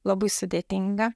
labai sudėtinga